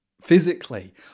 physically